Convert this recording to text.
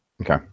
Okay